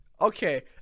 okay